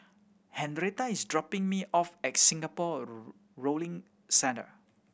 Henretta is dropping me off at Singapore Rowing Centre